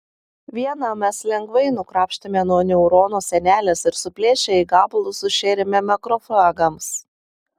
vieną mes lengvai nukrapštėme nuo neurono sienelės ir suplėšę į gabalus sušėrėme makrofagams